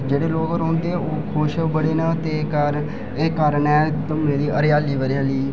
ते जेह्ड़े लोक रौंह्दे ओह् खुश बड़े न ते एह् कारण ऐ धम्में दी हरियाली